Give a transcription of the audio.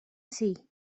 see